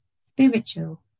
spiritual